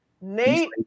Nate